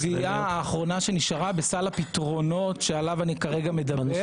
זו הסוגיה האחרונה שנשארה בסל הפתרונות שעליו אני כרגע מדבר.